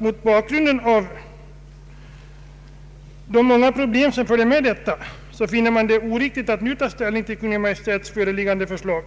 Mot bakgrunden av de många problem som följer med detta ärende finner reservanterna det oriktigt att nu ta ställning till Kungl. Maj:ts föreliggande förslag